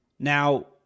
Now